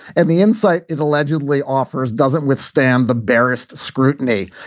and the insight it allegedly offers doesn't withstand the barest scrutiny.